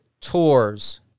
tours